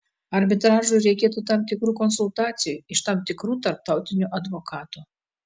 arbitražui reikėtų tam tikrų konsultacijų iš tam tikrų tarptautinių advokatų